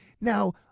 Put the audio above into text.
Now